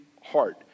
heart